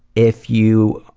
if you.